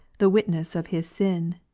the witness of his sin,